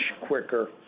quicker